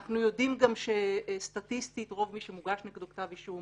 אנחנו גם יודעים סטטיסטית שרוב מי שמוגש נגדו כתב אישום,